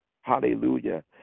Hallelujah